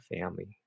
family